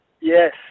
Yes